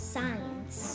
Science